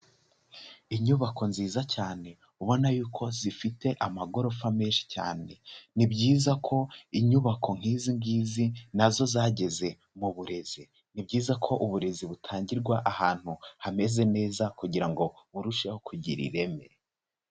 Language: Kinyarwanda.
Inyubako nziza cyane ubona y'uko zifite amagorofa menshi cyane. Ni byiza ko inyubako nk'izi na zo zageze mu burezi. Ni byiza ko uburezi butangirwa ahantu hameze neza kugira ngo burusheho kugira ireme.